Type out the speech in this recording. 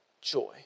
Joy